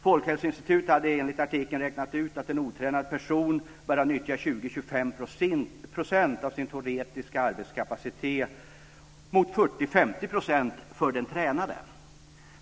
Folkhälsoinstitutet har enligt artikeln räknat ut att en otränad person bara utnyttjar 20-25 % av sin teoretiska arbetskapacitet mot 40-50 % för den tränade.